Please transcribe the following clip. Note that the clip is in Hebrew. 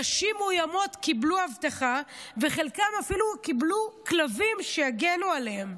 נשים מאוימות קיבלו אבטחה וחלקן אפילו קיבלו כלבים שיגנו עליהן.